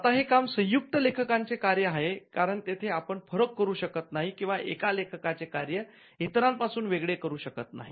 आता हे काम संयुक्त लेखकांचे कार्य आहे कारण येथे आपण फरक करू शकत नाही किंवा एका लेखकाचे कार्य इतरांपासुन वेगळे करू शकत नाही